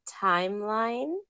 timeline